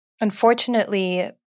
Unfortunately